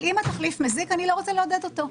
אם התחליף מזיק אני לא רוצה לעודד אותו.